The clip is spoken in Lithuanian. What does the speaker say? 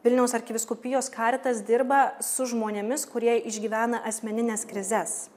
vilniaus arkivyskupijos karitas dirba su žmonėmis kurie išgyvena asmenines krizes